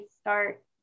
start